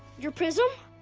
your prism?